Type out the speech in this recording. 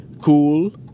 cool